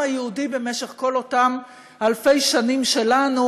היהודי במשך כל אותן אלפי שנים שלנו,